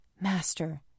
Master